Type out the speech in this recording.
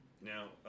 Now